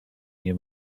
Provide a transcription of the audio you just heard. nie